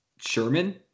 Sherman